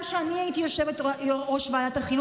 גם כשאני הייתי יושבת-ראש ועדת החינוך